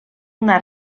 una